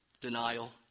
Denial